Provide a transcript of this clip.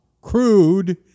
crude